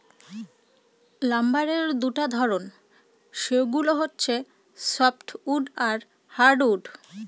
লাম্বারের দুটা ধরন, সেগুলো হচ্ছে সফ্টউড আর হার্ডউড